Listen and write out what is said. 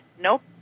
Nope